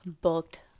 booked